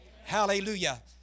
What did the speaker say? Hallelujah